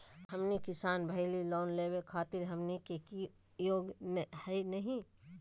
हमनी किसान भईल, लोन लेवे खातीर हमनी के योग्य हई नहीं?